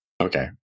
Okay